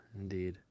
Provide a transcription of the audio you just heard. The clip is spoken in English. indeed